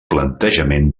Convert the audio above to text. plantejament